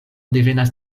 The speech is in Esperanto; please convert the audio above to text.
devenas